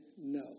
no